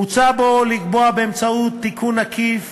מוצע בו לקבוע, באמצעות תיקון עקיף